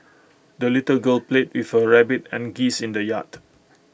the little girl played with her rabbit and geese in the yard